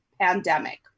pandemic